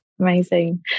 Amazing